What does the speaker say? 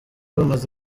bamaze